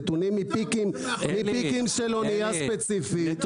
נתונים מפיקים של אנייה ספציפית -- אלי,